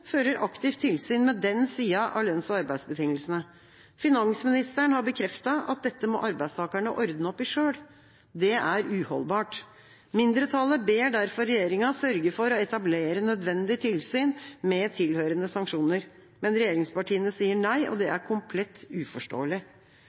fører aktivt tilsyn med den siden av lønns- og arbeidsbetingelsene. Finansministeren har bekreftet at dette må arbeidstakerne ordne opp i selv. Det er uholdbart. Mindretallet ber derfor regjeringa sørge for å etablere nødvendig tilsyn med tilhørende sanksjoner, men regjeringspartiene sier nei, og det